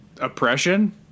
Oppression